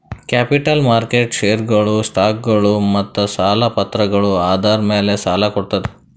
capital market ಷೇರ್ಗೊಳು, ಸ್ಟಾಕ್ಗೊಳು ಮತ್ತ್ ಸಾಲ ಪತ್ರಗಳ್ ಆಧಾರ್ ಮ್ಯಾಲ್ ಸಾಲ ಕೊಡ್ತದ್